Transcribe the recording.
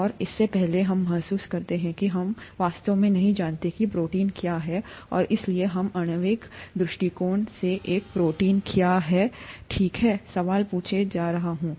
और इससे पहले हम महसूस करते हैं कि हम वास्तव में नहीं जानते कि प्रोटीन क्या है और इसलिए हम हैं आणविक दृष्टिकोण से एक प्रोटीन क्या है ठीक है सवाल पूछने जा रहा हूं